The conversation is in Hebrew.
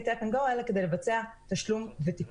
ה tap and go האלה כדי לבצע תשלום ותיקוף.